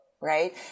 right